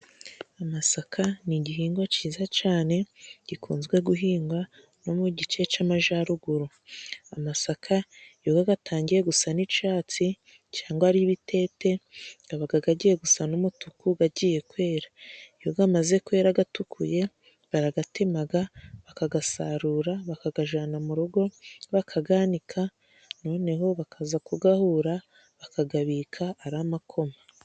Amasaka ni igihingwa ciza cane, gikunzwe guhinga no mu gice c'amajaruguru. Amasaka iyo gagatangiye gusa n'icatsi cyangwa ari ibitete gabaga gagiye gusa n'umutuku, gagiye kwera. Iyo gamaze kwera gatukuye, baragatemaga, bakagasarura, bakagajana mu rugo, bakaganika, noneho bakaza kugahura, bakagabika ari amakoma.